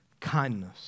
kindness